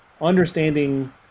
understanding